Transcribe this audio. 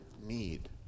need